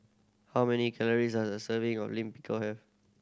how many calories does a serving of Lime Pickle have